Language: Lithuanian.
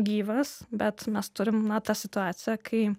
gyvas bet mes turim na tą situaciją kai